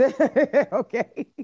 Okay